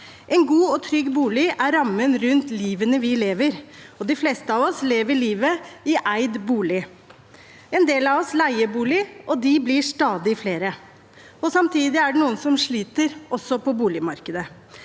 En god og trygg bolig er rammen rundt livet vi lever, og de fleste av oss lever livet i eid bolig. En del av oss leier bolig, og de blir stadig flere. Samtidig er det noen som sliter også på boligmarkedet.